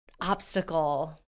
obstacle